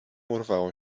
urwało